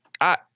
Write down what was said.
I-